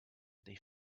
they